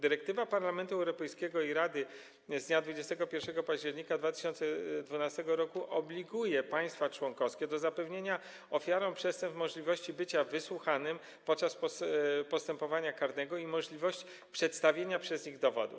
Dyrektywa Parlamentu Europejskiego i Rady z dnia 21 października 2012 r. obliguje państwa członkowskie do zapewnienia ofiarom przestępstw możliwości bycia wysłuchanymi podczas postępowania karnego i możliwość przedstawienia przez nie dowodów.